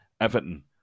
Everton